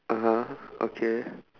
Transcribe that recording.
(uh huh) okay